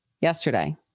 yesterday